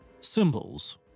symbols